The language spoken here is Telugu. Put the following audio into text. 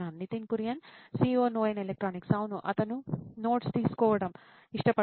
నితిన్ కురియన్ COO నోయిన్ ఎలక్ట్రానిక్స్ అవును అతను నోట్స్ తీసుకోవడం ఇష్టపడతాడు